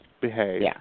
behave